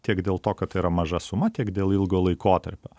tiek dėl to kad tai yra maža suma tiek dėl ilgo laikotarpio